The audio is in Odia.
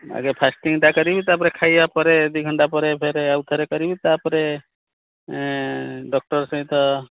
ଆଗେ ଫାଷ୍ଟିଙ୍ଗ୍ଟା କରିବି ତା' ପରେ ଖାଇବା ପରେ ଦୁଇ ଘଣ୍ଟା ପରେ ଫେରେ ଆଉ ଥରେ କରିବି ତା' ପରେ ଡକ୍ଟର୍ ସହିତ